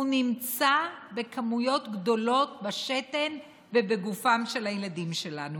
נמצא בכמויות גדולות בשתן ובגופם של ילדינו.